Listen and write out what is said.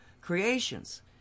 creations